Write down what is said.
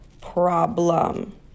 problem